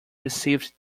received